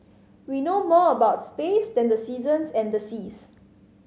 we know more about space than the seasons and the seas